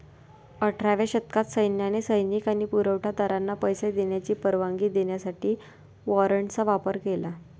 अठराव्या शतकात सैन्याने सैनिक आणि पुरवठा दारांना पैसे देण्याची परवानगी देण्यासाठी वॉरंटचा वापर केला